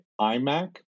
iMac